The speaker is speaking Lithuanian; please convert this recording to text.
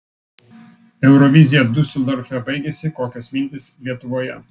eurovizija diuseldorfe baigėsi kokios mintys lietuvoje